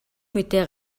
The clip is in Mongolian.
мэдээ